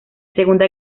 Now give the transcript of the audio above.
segunda